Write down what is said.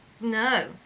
No